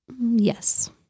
Yes